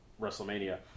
WrestleMania